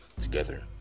Together